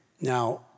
Now